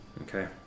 Okay